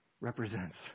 represents